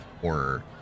horror